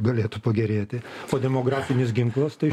galėtų pagerėti o demografinis ginklas tai